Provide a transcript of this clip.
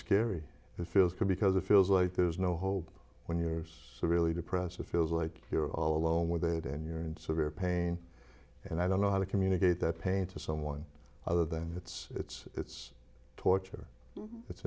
scary it feels good because it feels like there's no hope when you're so really depressed it feels like you're all alone with a hood and you're in severe pain and i don't know how to communicate that pain to someone other than that's it's torture it's